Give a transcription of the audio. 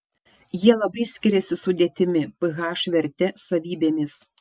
jie labai skiriasi sudėtimi ph verte savybėmis